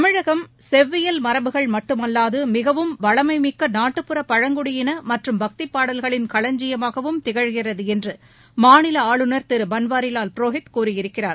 தமிழகம் செவ்வியல் மரபுகள் மட்டுமல்லாது மிகவும் வளமைமிக்க நாட்டுப்புற பழங்குடியின மற்றும் பக்திப் பாடல்களின் களஞ்சியமாகவும் திகழ்கிறது என்று மாநில ஆளுநர் திரு பன்வாரிவால் புரோகித் கூறியிருக்கிறார்